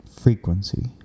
frequency